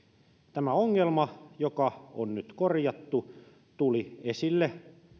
tämä ongelma joka on nyt korjattu tuli esille